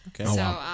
okay